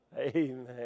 Amen